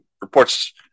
reports